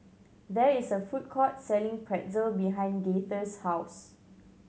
there is a food court selling Pretzel behind Gaither's house